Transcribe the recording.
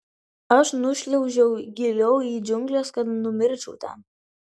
aš nušliaužiau giliau į džiungles kad numirčiau ten